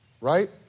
right